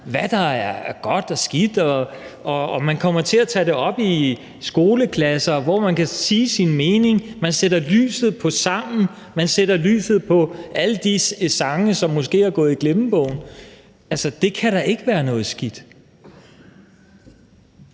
hvad der er godt og skidt, og man kommer til at tage det op i skoleklasser, hvor man kan sige sin mening. Man sætter lyset på sangen, og man sætter lyset på alle de sange, som måske er gået i glemmebogen. Altså, det kan da ikke være noget skidt.